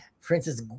Princess